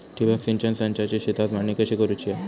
ठिबक सिंचन संचाची शेतात मांडणी कशी करुची हा?